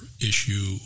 issue